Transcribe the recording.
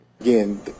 Again